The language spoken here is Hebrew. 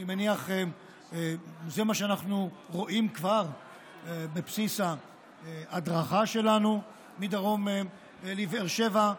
אני מניח שזה מה שאנחנו רואים כבר בבסיס ההדרכה שלנו מדרום לבאר שבע.